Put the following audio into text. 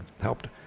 helped